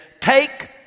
Take